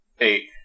Eight